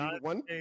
one